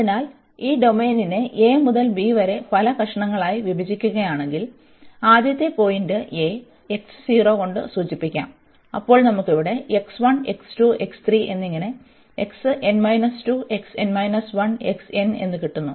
അതിനാൽ ഈ ഡൊമെയ്നെ a മുതൽ b വരെ പല കഷണങ്ങളായി വിഭജിക്കുകയാണെങ്കിൽ ആദ്യത്തെ പോയിന്റ് കൊണ്ട് സൂചിപ്പിക്കാം അപ്പോൾ നമുക്ക് ഇവിടെ എന്നിങ്ങനെ എന്ന് കിട്ടുന്നു